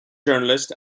journalist